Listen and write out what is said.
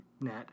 net